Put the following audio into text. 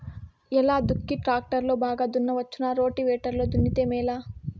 ఎలా దుక్కి టాక్టర్ లో బాగా దున్నవచ్చునా రోటివేటర్ లో దున్నితే మేలా?